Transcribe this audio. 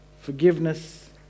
Forgiveness